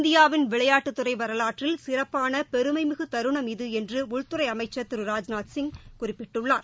இந்தியாவின் விளையாட்டுதுறைவரலாற்றில் சிறப்பானபெருமைமிகுதருணம் இது என்றுஉள்துறைஅமைச்சா் திரு ராஜ்நாத் சிங் குறிப்பிட்டுள்ளார்